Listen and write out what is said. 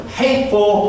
hateful